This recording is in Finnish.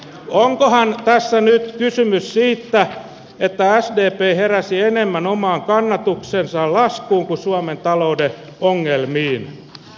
onkohan tässä nyt kysymys siitä että sdp heräsi enemmän oman kannatuksensa laskuun kuin suomen talouden ongelmiin